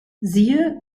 siehe